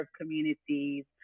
communities